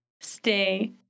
stay